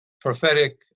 prophetic